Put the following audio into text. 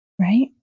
Right